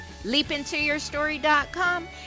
leapintoyourstory.com